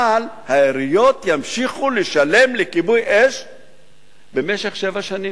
אבל העיריות ימשיכו לשלם לכיבוי-אש במשך שבע שנים.